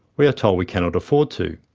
we are told we cannot afford to.